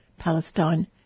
Palestine